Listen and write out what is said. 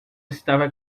estava